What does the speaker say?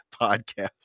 podcast